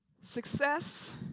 Success